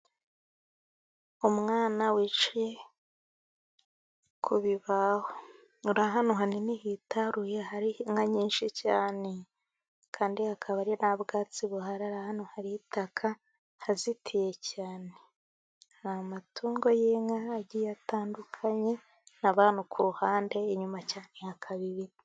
Umwana wicaye ku bibaho, uri hantu hanini hitaruye hari inka nyinshi cyane, kandi hakaba ari nta bwatsi buhari ari ahantu hari itaka hazitiye cyane, hari amatungo y'inka atandukanye n'abantu ku ruhande inyuma cyane yabo.